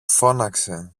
φώναξε